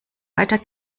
weiter